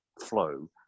flow